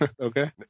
Okay